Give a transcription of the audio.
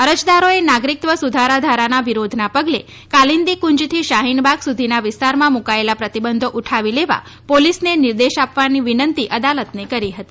અરજદારોએ નાગરીકત્વ સુધારા દારાના વિરોધના પગલે કાલિન્દીકુંજથી શાહિનબાગ સુધીના વિસ્તારમાં મુકાયેલા પ્રતિબંધો ઉઠાવી લેવા પોલીસને નિર્દેશ આપવાના વિનંતી અદાલતને કરી હતી